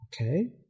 Okay